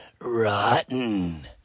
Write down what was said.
rotten